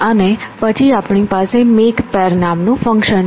અને પછી આપણી પાસે મેક પેર નામનું ફંક્શન છે